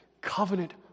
covenant